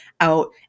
out